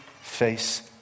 face